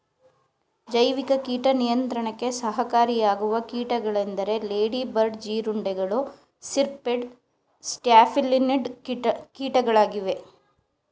ಜೈವಿಕ ಕೀಟ ನಿಯಂತ್ರಣಕ್ಕೆ ಸಹಕಾರಿಯಾಗುವ ಕೀಟಗಳೆಂದರೆ ಲೇಡಿ ಬರ್ಡ್ ಜೀರುಂಡೆಗಳು, ಸಿರ್ಪಿಡ್, ಸ್ಟ್ಯಾಫಿಲಿನಿಡ್ ಕೀಟಗಳಾಗಿವೆ